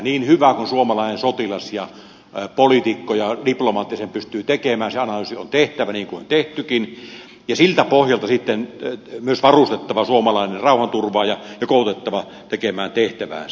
niin hyvin kuin suomalainen sotilas ja poliitikko ja diplomaatti sen pystyvät tekemään se analyysi on tehtävä niin kuin on tehtykin ja siltä pohjalta sitten myös varustettava suomalainen rauhanturvaaja ja koulutettava tekemään tehtäväänsä